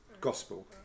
gospel